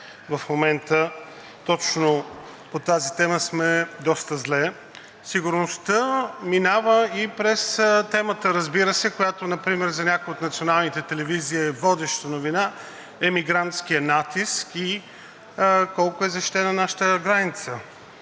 в момента точно по тази тема сме доста зле. Сигурността минава и през темата, разбира се, която например за някои от националните телевизии е водеща новина – мигрантският натиск, и колко е защитена нашата граница.